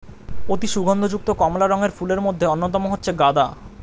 অতি সুগন্ধ যুক্ত কমলা রঙের ফুলের মধ্যে অন্যতম হচ্ছে গাঁদা